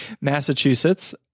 Massachusetts